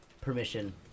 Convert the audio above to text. permission